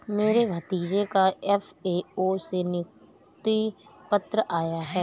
मेरे भतीजे का एफ.ए.ओ से नियुक्ति पत्र आया है